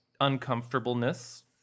uncomfortableness